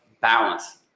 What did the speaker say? balance